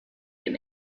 dem